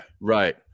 Right